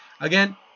Again